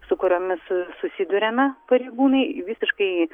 su kuriomis susiduriame pareigūnai visiškai